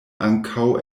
ankaŭ